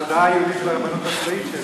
התודעה היהודית של הרבנות הצבאית.